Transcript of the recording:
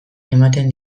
ematen